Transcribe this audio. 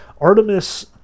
Artemis